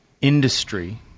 industry